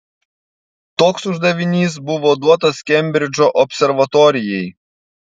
toks uždavinys buvo duotas kembridžo observatorijai